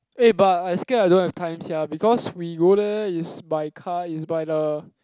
eh but I scare I don't have time sia because we go there is by car is by the